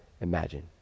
imagine